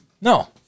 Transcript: No